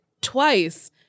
twice